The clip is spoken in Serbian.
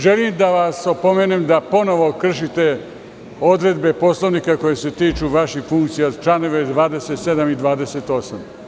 Želim da vas opomenem da ponovo kršite odredbe Poslovnika koje se tiču vaših funkcija; čl. 27. i 28.